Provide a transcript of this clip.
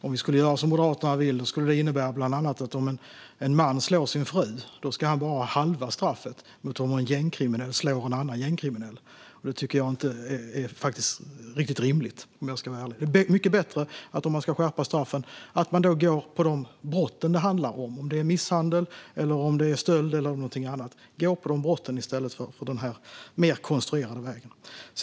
Om vi skulle göra som Moderaterna vill skulle det bland annat innebära att om en man slår sin fru ska han bara ha halva straffet jämfört med om en gängkriminell slår en annan gängkriminell. Det tycker jag faktiskt inte är riktigt rimligt, om jag ska vara ärlig. Om man ska skärpa straffen är det mycket bättre att gå på de brott det handlar om - misshandel, stöld eller något annat - i stället för att välja denna mer konstruerade väg.